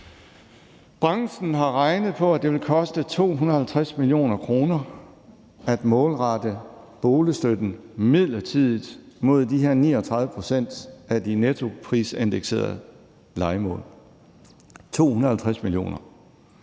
Branchen har regnet ud, at det vil koste 250 mio. kr. at målrette boligstøtten midlertidigt mod de her 39 pct. af de nettoprisindekserede lejemål. 250 mio.